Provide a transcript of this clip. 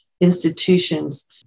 institutions